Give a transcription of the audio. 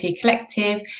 Collective